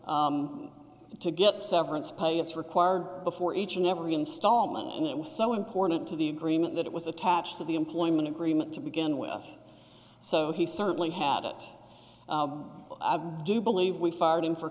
it to get severance pay it's required before each and every installment and it was so important to the agreement that it was attached to the employment agreement to begin with so he certainly had it i do believe we fired